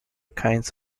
kinds